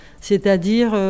C'est-à-dire